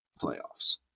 playoffs